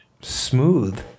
smooth